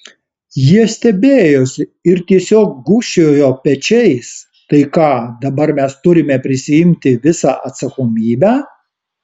jie stebėjosi ir tiesiog gūžčiojo pečiais tai ką dabar mes turime prisiimti visą atsakomybę